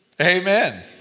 Amen